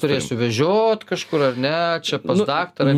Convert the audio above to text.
turėsiu vežiot kažkur ar ne čia pas daktarą